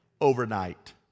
overnight